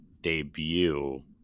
debut